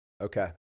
Okay